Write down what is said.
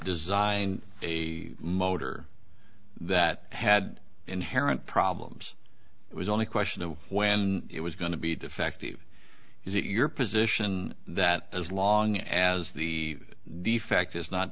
design a motor that had inherent problems it was only a question of when it was going to be defective is it your position that as long as the the fact is not